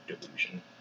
delusion